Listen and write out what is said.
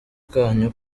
kanyu